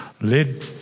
led